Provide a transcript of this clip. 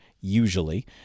usually